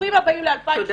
ברוכים הבאים ל-2018